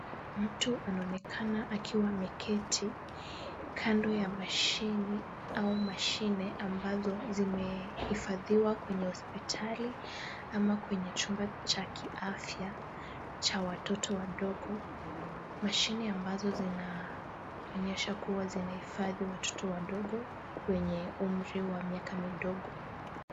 Mtu anaonekana akiwa ameketi kando ya mashini au mashine ambazo zimehifadhiwa kwenye hospitali, ama kwenye chumba cha kiafya cha watoto wadogo. Mashine ambazo zinaonyesha kuwa zinahifadhi watoto wadogo wenye umri wa miaka midogo.